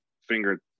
finger